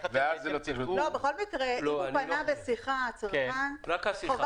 לא, בכל מקרה, אם הצרכן פנה בשיחה --- רק השיחה.